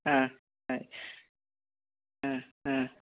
ആ അ ആ ആ